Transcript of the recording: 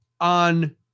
on